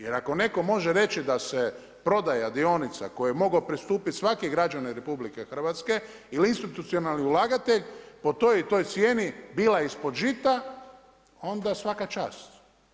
Jer ako netko može reći da se prodaja dionica kojoj je moglo pristupiti svaki građanin RH, ili institucionalni ulagatelj po toj i toj cijeni, bila ispod žita onda svaka čast.